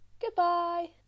Goodbye